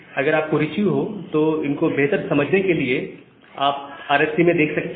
अगर आपको रूचि हो तो इन को बेहतर समझने के लिए Refer Time 3626 आप आरएफसी में देख सकते हैं